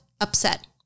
upset